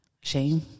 shame